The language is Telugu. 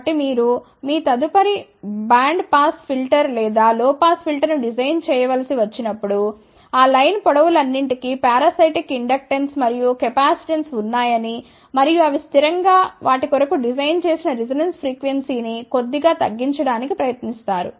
కాబట్టి మీరు మీ తదుపరి బ్యాండ్ పాస్ ఫిల్టర్ లేదా లో పాస్ ఫిల్టర్ను డిజైన్ చేయవలసి వచ్చినప్పుడు ఆ లైన్ పొడవులన్నింటికీ పారాసైటిక్ ఇండక్టెన్స్ మరియు కెపాసిటెన్స్ ఉన్నాయని మరియు అవి స్థిరం గా వాటి కొరకు డిజైన్ చేసిన రిజొనెన్స్ ఫ్రీక్వెన్సీ ని కొద్దిగా తగ్గించడానికి ప్రయత్నిస్తారు